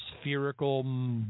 spherical